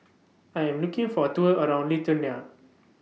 I Am looking For A Tour around Lithuania